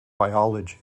biology